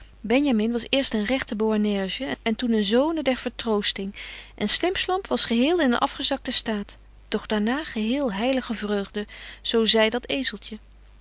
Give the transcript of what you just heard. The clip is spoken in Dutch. benjamin was eerst een regte boanerges en toen een zone der vertroosting en slimpslamp was geheel in een afgezakten staat doch daarna geheel heilige vreugde zo zei dat